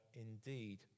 indeed